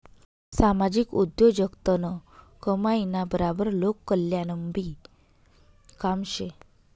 सामाजिक उद्योगजगतनं कमाईना बराबर लोककल्याणनंबी काम शे